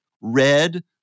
red